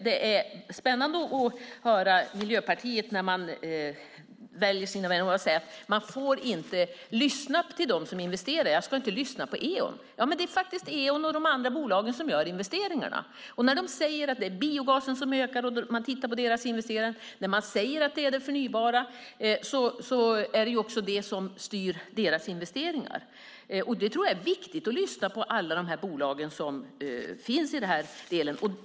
Det är spännande att höra från Miljöpartiet att man inte får lyssna på dem som investerar. Jag ska inte lyssna på Eon. Men det är faktiskt Eon och de andra bolagen som gör investeringarna. Eon säger att det är biogasen och det förnybara som ökar, och när man tittar på deras investeringar är det också det som styr deras investeringar. Det är viktigt att lyssna på alla bolag som finns här.